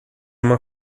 uma